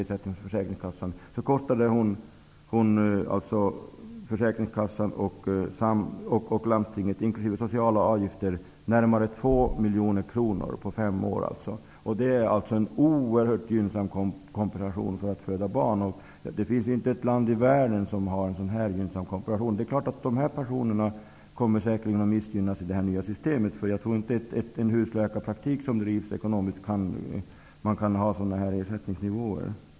ersättning från försäkringskassan --, kostade hon försäkringskassan och landstinget närmare 2 miljoner kronor inkl. sociala avgifter. Detta var under fem år. Det är en oerhört gynnsam kompensation för att föda barn. Det finns inte ett land till i världen som har en sådan gynnsam kompensation. Dessa personer kommer säkert att missgynnas i det nya systemet. Jag tror inte att man kan ha sådana ersättningsnivåer på en husläkarpraktik som drivs ekonomiskt.